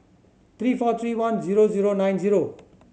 three four three one zero zero nine zero